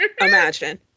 Imagine